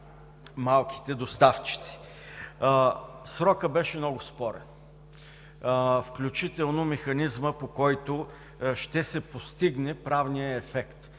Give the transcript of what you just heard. малките доставчици. Срокът беше много спорен, включително механизмът, по който ще се постигне правният ефект.